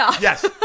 Yes